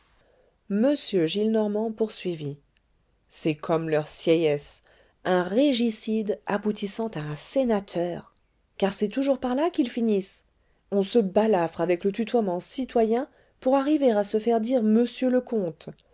m gillenormand poursuivit c'est comme leur sieyès un régicide aboutissant à un sénateur car c'est toujours par là qu'ils finissent on se balafre avec le tutoiement citoyen pour arriver à se faire dire monsieur